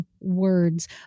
words